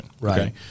right